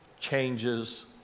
changes